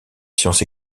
sciences